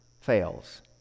fails